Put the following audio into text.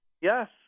Yes